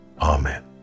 Amen